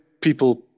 people